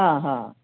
हां हां